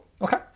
Okay